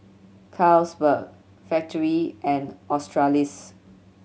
Carlsberg Factorie and Australis